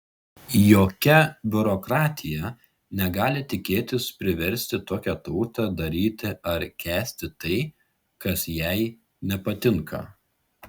jokia biurokratija negali tikėtis priversti tokią tautą daryti ar kęsti tai kas jai nepatinka